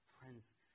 Friends